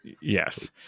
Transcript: yes